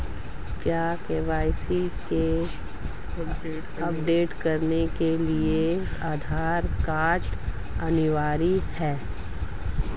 क्या KYC update करने के लिए आधार कार्ड अनिवार्य है?